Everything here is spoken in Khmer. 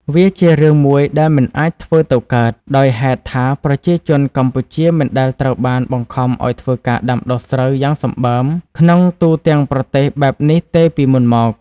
វាជារឿងមួយដែលមិនអាចធ្វើទៅកើត ដោយហេតុថាប្រជាជនកម្ពុជាមិនដែលត្រូវបានបង្ខំឱ្យធ្វើការដាំដុះស្រូវយ៉ាងសម្បើមក្នុង ទូទាំងប្រទេសបែបនេះទេពីមុនមក ។